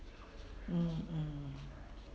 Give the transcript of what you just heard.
mmhmm